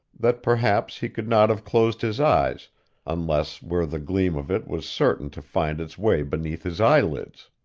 that perhaps he could not have closed his eyes unless where the gleam of it was certain to find its way beneath his eyelids.